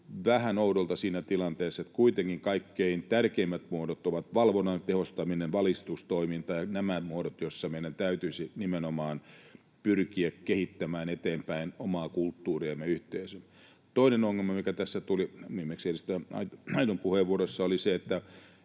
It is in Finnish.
vähän oudolta siinä tilanteessa. Kuitenkin kaikkein tärkeimmät muodot ovat valvonnan tehostaminen, valistustoiminta ja nämä muodot, joissa meidän täytyisi nimenomaan pyrkiä kehittämään eteenpäin omaa kulttuuriamme, yhteisöä. Toinen ongelma, mikä tässä tuli — viimeksi edustaja Auton puheenvuorossa — oli se, että